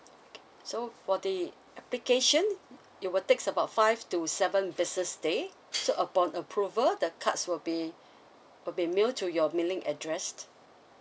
okay so for the application it will takes about five to seven business day to upon approval the cards will be will be mail to your mailing address